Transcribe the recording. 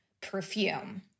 perfume